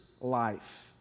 life